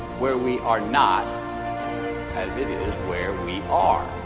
where we are not as it is where we are